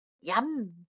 Yum